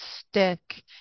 stick